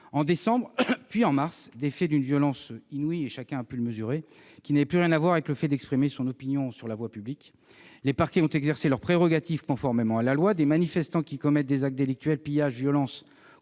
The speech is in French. inouïe ont été commis à Paris ou en région. Chacun a pu le mesurer : cela n'a plus rien à voir avec le fait d'exprimer son opinion sur la voie publique. Les parquets ont exercé leurs prérogatives, conformément à la loi. Des manifestants qui commettent des actes délictuels- pillages, violences